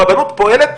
הרבנות פועלת,